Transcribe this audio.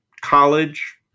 college